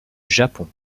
japon